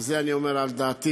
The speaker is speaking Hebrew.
ואת זה אני אומר על דעתי,